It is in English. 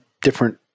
different